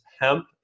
hemp